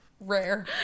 Rare